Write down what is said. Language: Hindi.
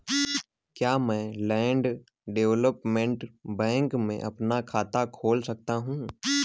क्या मैं लैंड डेवलपमेंट बैंक में अपना खाता खोल सकता हूँ?